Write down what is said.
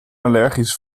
allergisch